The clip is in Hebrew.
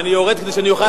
אני יורד כדי שאוכל להגיב.